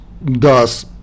thus